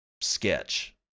sketch